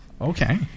Okay